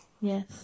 Yes